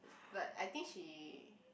but I think she